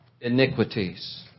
iniquities